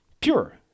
pure